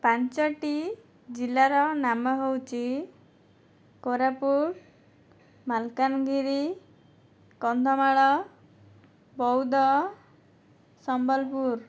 ପାଞ୍ଚଟି ଜିଲ୍ଲାର ନାମ ହେଉଛି କୋରାପୁଟ ମାଲକାନଗିରି କନ୍ଧମାଳ ବଉଦ ସମ୍ବଲପୁର